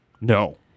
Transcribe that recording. No